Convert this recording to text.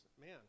man